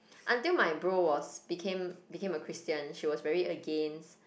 until my bro was became became a Christian she was very against